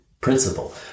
principle